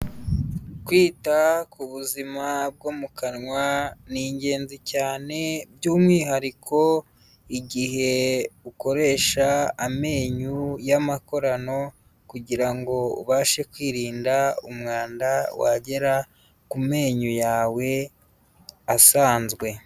Kwita ku buzima bwo mu kanwa ni ingenzi cyane, by'umwihariko igihe ukoresha amenyo y'amakorano kugira ngo ubashe kwirinda umwanda wagera ku menyo yawe asanzwe.